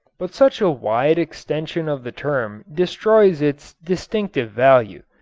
but such a wide extension of the term destroys its distinctive value.